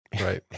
Right